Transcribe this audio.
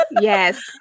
Yes